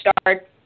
start